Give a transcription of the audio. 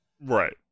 Right